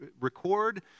record